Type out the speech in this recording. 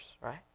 right